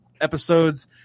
episodes